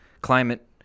climate